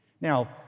Now